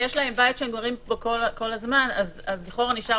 ויש לה בית שהם גרים בו כל הזמן לכאורה נשאר